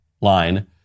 line